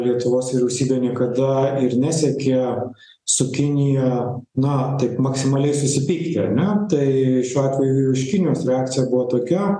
lietuvos vyriausybė niekada ir nesiekė su kinija na taip maksimaliai susipykti ar ne tai šiuo atveju iš kinijos reakcija buvo tokia